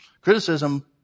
criticism